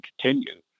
continue